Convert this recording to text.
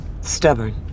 Stubborn